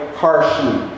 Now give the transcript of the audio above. harshly